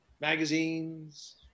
Magazines